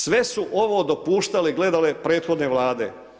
Sve su ovo dopuštale i gledale prethodne Vlade.